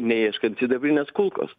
neieškant sidabrinės kulkos